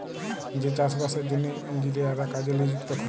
যে চাষ বাসের জ্যনহে ইলজিলিয়াররা কাজে লিযুক্ত থ্যাকে